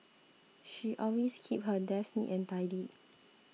she always keeps her desk neat and tidy